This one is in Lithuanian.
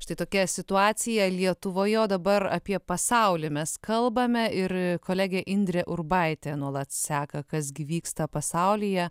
štai tokia situacija lietuvoje o dabar apie pasaulį mes kalbame ir kolegė indrė urbaitė nuolat seka kas gi vyksta pasaulyje